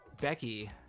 Becky